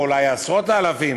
או אולי עשרות האלפים,